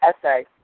essay